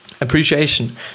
Appreciation